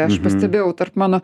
aš pastebėjau tarp mano